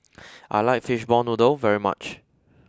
I like fishball noodle very much